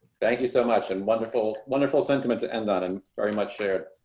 thank you so much and wonderful, wonderful sentiment to end on and very much there.